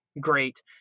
great